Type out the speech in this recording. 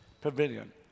pavilion